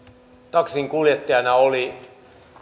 taksinkuljettajana oli